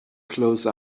close